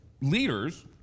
leaders